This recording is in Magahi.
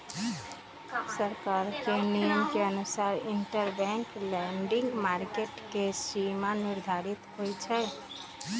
सरकार के नियम के अनुसार इंटरबैंक लैंडिंग मार्केट के सीमा निर्धारित होई छई